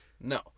No